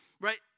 right